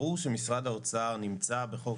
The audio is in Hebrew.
ברור שמשרד האוצר נמצא בחוק,